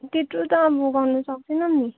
त्यत्रो त आम्माहो गर्नु सक्दैनौँ नि